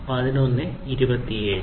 അങ്ങനെ പലതും